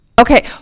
Okay